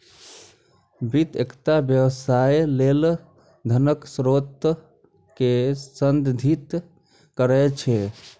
वित्त एकटा व्यवसाय लेल धनक स्रोत कें संदर्भित करै छै